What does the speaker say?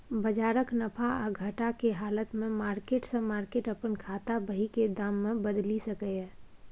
बजारक नफा आ घटा के हालत में मार्केट से मार्केट अपन खाता बही के दाम के बदलि सकैए